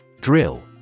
Drill